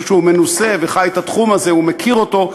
שהוא מנוסה וחי את התחום הזה ומכיר אותו,